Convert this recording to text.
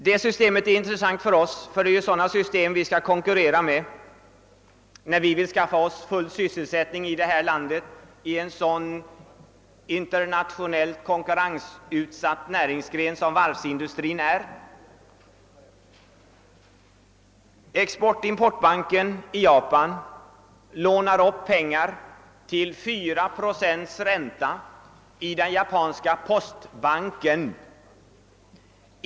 Det systemet är intressant för oss, eftersom vi skall konkurrera med det, när vi vill trygga full sysselsättning i vårt land inom en näringsgren som är så utsatt för internationell konkurrens som varvsindustrin är. Export-importbanken i Japan lånar upp pengar till 4 procents ränta i den japanska postbanken.